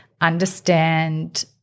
understand